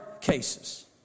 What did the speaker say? cases